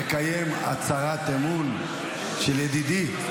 נקיים הצהרת אמונים של ידידי,